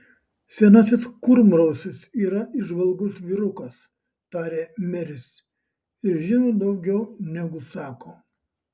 senasis kurmrausis yra įžvalgus vyrukas tarė meris ir žino daugiau negu sako